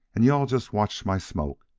and you-all just watch my smoke.